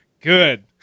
Good